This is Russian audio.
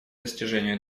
достижению